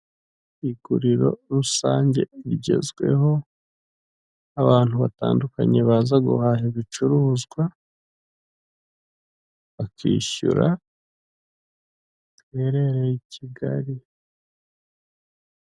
Iguriro rusange rigezweho, abantu batandukanye baza guhaha ibicuruzwa, bakishyura, riherereye I Kigali.